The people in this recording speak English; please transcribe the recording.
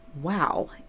wow